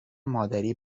مادری